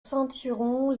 ceinturon